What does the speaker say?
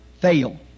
Fail